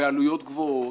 בעלויות גבוהות,